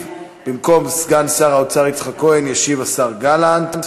במקום סגן שר האוצר יצחק כהן ישיב השר גלנט.